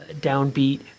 downbeat